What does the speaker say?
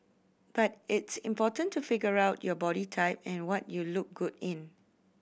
but it's important to figure out your body type and what you look good in